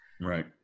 Right